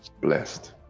blessed